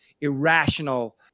irrational